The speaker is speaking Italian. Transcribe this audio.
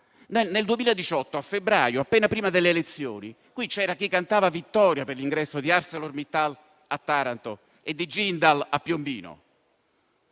del 2018, appena prima delle elezioni, qui c'era chi cantava vittoria per l'ingresso di Arcelor Mittal a Taranto e di Jindal a Piombino.